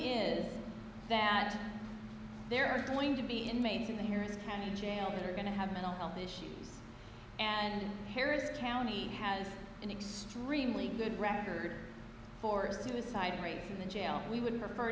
is that there are going to be inmates in here is county jail that are going to have mental health issues and harris county has an extremely good record for suicide rates in the jails we would prefer